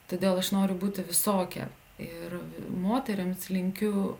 todėl aš noriu būti visokia ir moterims linkiu